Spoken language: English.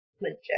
legit